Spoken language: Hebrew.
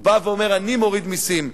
הוא בא ואומר: אני מוריד מסים.